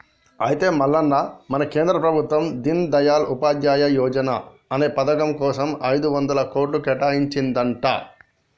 అయితే మల్లన్న మన కేంద్ర ప్రభుత్వం దీన్ దయాల్ ఉపాధ్యాయ యువజన అనే పథకం కోసం ఐదొందల కోట్లు కేటాయించిందంట